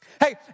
Hey